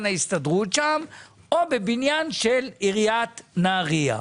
ההסתדרות או בבניין של עיריית נהריה,